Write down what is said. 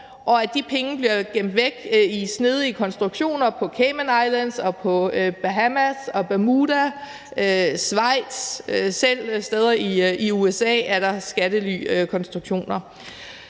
og at de penge bliver gemt væk i snedige konstruktioner på Cayman Islands, Bahamas, Bermuda og i Schweiz, og selv i USA er der skattelykonstruktioner.